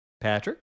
Patrick